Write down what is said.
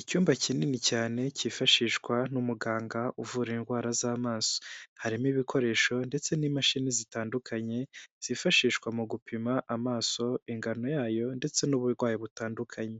Icyumba kinini cyane cyifashishwa n'umuganga uvura indwara z'amaso, harimo ibikoresho ndetse n'imashini zitandukanye zifashishwa mu gupima amaso, ingano yayo ndetse n'uburwayi butandukanye,